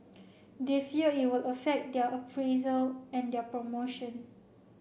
they fear it will affect their appraisal and their promotion